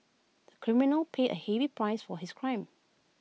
the criminal paid A heavy price for his crime